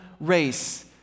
race